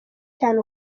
cyane